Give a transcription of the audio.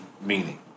meaning